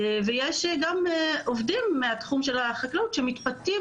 יש גם עובדים מהתחום של החקלאות שמתפתים